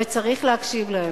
וצריך להקשיב להן.